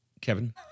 kevin